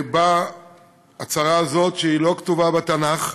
באה הצרה הזאת, שלא כתובה בתנ"ך,